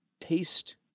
taste